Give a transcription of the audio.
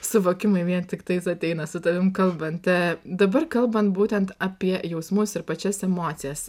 suvokimai vien tiktais ateina su tavim kalbant dabar kalbant būtent apie jausmus ir pačias emocijas